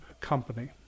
company